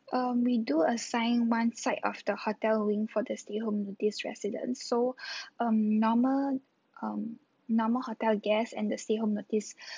um we do assign one side of the hotel wing for the stay home notice residents so um normal um normal hotel guests and the stay home notice